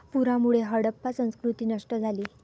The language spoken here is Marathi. पुरामुळे हडप्पा संस्कृती नष्ट झाली